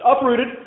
uprooted